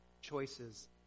choices